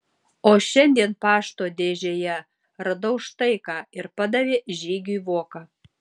o šiandien pašto dėžėje radau štai ką ir padavė žygiui voką